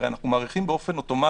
הרי אנחנו מאריכים באופן אוטומטי,